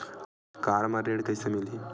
Car म ऋण कइसे मिलही?